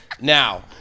Now